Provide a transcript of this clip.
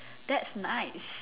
that's nice